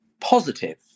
positive